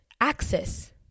access